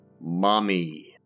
Mommy